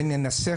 וננסה,